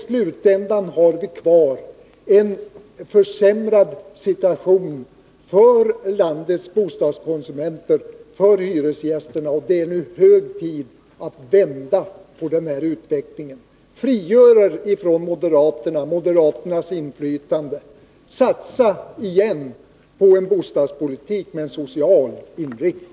På sluttampen har vi fått en försämrad situation för landets bostadskonsumenter, för hyresgästerna. Det är nu hög tid att vända på den utvecklingen. Frigör er från moderaternas inflytande! Satsa på en bostadspolitik med social inriktning!